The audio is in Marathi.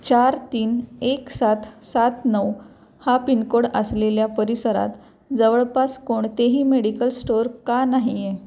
चार तीन एक सात सात नऊ हा पिनकोड असलेल्या परिसरात जवळपास कोणतेही मेडिकल स्टोअर का नाही आहे